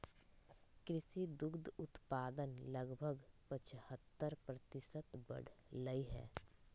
कृषि दुग्ध उत्पादन लगभग पचहत्तर प्रतिशत बढ़ लय है